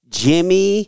jimmy